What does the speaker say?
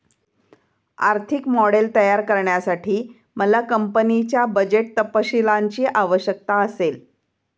आर्थिक मॉडेल तयार करण्यासाठी मला कंपनीच्या बजेट तपशीलांची आवश्यकता असेल